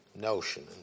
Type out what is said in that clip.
notion